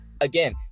again